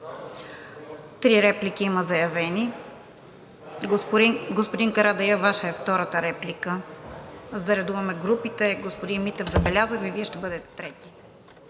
Три реплики има заявени. Господин Карадайъ, Ваша е втората реплика, за да редуваме групите. Господин Митев, забелязах Ви, Вие ще бъдете трети.